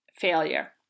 failure